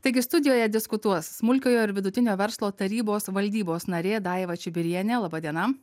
taigi studijoje diskutuos smulkiojo ir vidutinio verslo tarybos valdybos narė daiva čibirienė laba diena